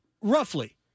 Roughly